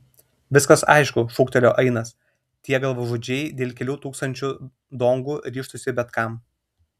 viskas aišku šūktelėjo ainas tie galvažudžiai dėl kelių tūkstančių dongų ryžtųsi bet kam